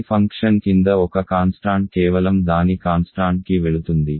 phi function కింద ఒక constant కేవలం దాని కాన్స్టాంట్ కి వెళుతుంది